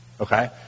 Okay